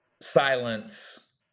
silence